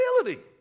ability